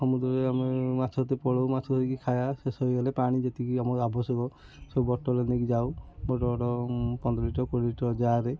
ସମୁଦ୍ରରେ ଆମେ ମାଛ ଏତେ ପଳଉ ମାଛ ଧରିକି ଖାଇବା ଶେଷ ହେଇଗଲେ ପାଣି ଯେତିକି ଆମ ଆବଶ୍ୟକ ସବୁ ବଟଲରେ ନେଇକି ଯାଉ ବଡ଼ ବଡ଼ ପନ୍ଦର ଲିଟର କୋଡ଼ିଏ ଲିଟର ଯାଆରେ